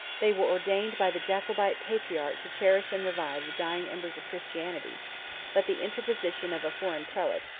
they were ordained by the jacobite patriarch to cherish and revive the dying embers of christianity but the interposition of a foreign prelate,